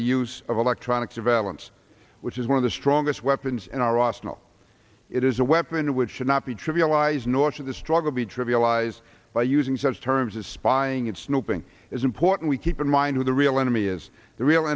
the use of electronic surveillance which is one of the strongest weapons in our arsenal it is a weapon which should not be trivialized nor should the struggle be trivialized by using such terms as spying and snooping is important we keep in mind who the real enemy is the real